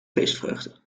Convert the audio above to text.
feestvreugde